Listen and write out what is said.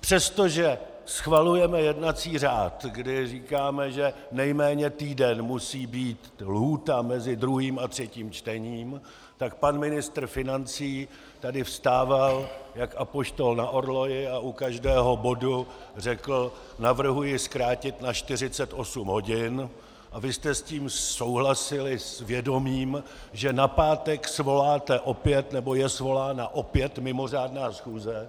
Přestože schvalujeme jednací řád, kdy říkáme, že nejméně týden musí být lhůta mezi druhým a třetím čtením, tak pan ministr financí tady vstával jak apoštol na orloji a u každého bodu řekl: navrhuji zkrátit na 48 hodin, a vy jste s tím souhlasili s vědomím, že na pátek svoláte opět, nebo je svolána opět mimořádná schůze,